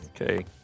Okay